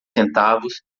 centavos